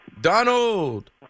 Donald